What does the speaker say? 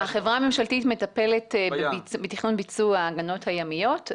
החברה הממשלתית מטפלת בתכנון וביצוע ההגנות הימיות.